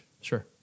Sure